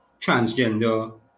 transgender